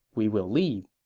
we will leave.